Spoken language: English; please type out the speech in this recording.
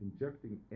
injecting